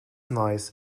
nice